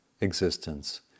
existence